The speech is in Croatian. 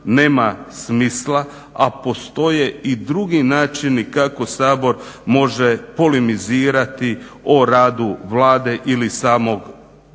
nema smisla, a postoje i drugi načini kako Sabor može polemizirati o radu Vlade ili samog